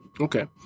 Okay